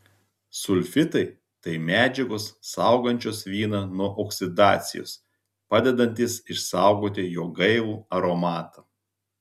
sulfitai tai medžiagos saugančios vyną nuo oksidacijos padedantys išsaugoti jo gaivų aromatą